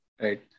Right